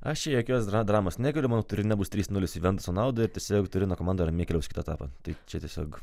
aš čia jokios dra dramos nekeliu manau turine bus trys nulis juventuso naudai ir tiesiog turino komanda keliaus ramiai į kitą etapą tai čia tiesiog